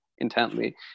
intently